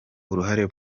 uruhare